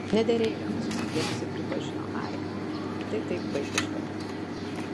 nederėjo susigėdusi pripažino ai tai taip vaikiška